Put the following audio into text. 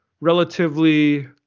relatively